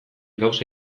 gauza